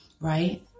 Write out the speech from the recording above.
Right